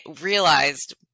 realized